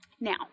Now